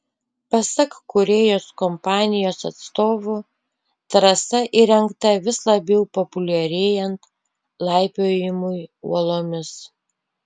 pasak kūrėjos kompanijos atstovų trasa įrengta vis labiau populiarėjant laipiojimui uolomis